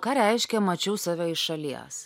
ką reiškia mačiau save iš šalies